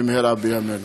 במהרה בימינו.